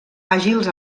àgils